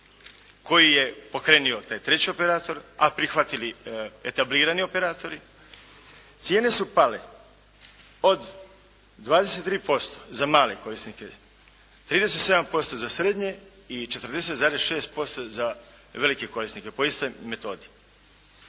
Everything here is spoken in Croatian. koju je pokrenuo taj treći operator a prihvatili etablirani operatori, cijene su pale. Od 23% za male korisnike, 37% za srednje i 40,6% za velike korisnike, po istoj metodi.